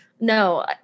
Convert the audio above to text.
No